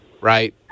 right